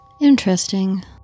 interesting